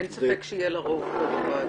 אין ספק שיהיה לה רוב פה בוועדה...